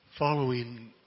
Following